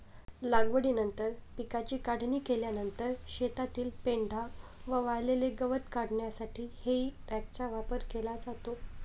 लागवडीनंतर पिकाची काढणी केल्यानंतर शेतातील पेंढा व वाळलेले गवत काढण्यासाठी हेई रॅकचा वापर केला जातो